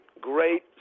great